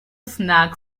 snag